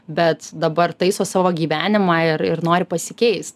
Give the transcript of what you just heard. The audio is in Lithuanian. bet dabar taiso savo gyvenimą ir ir nori pasikeis